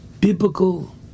biblical